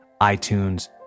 iTunes